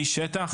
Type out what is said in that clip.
איש שטח